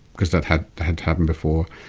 because that had had happened before,